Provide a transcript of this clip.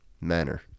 manner